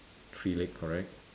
tree leg correct